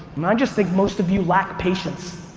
i just think most of you lack patience.